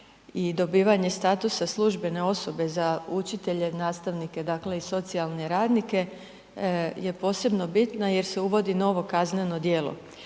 dobivanje statusa službene osobe za učitelje, nastavnike, dakle i socijalne radnike je posebno bitno jer se uvodi novo kazneno djelo,